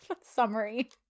Summary